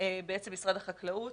משרד החקלאות